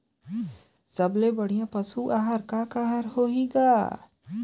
सबले बढ़िया पशु आहार कोने कोने हर होही ग?